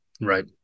Right